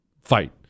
fight